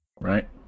right